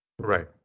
Right